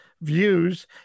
views